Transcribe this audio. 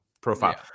profile